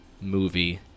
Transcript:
movie